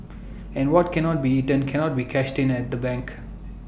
and what cannot be eaten cannot be cashed in at the bank